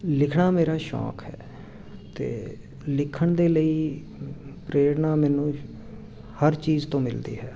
ਲਿਖਣਾ ਮੇਰਾ ਸ਼ੌਕ ਹੈ ਅਤੇ ਲਿਖਣ ਦੇ ਲਈ ਪ੍ਰੇਰਨਾ ਮੈਨੂੰ ਹਰ ਚੀਜ਼ ਤੋਂ ਮਿਲਦੀ ਹੈ